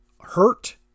hurt